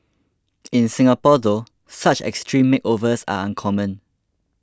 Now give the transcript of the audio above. in Singapore though such extreme makeovers are uncommon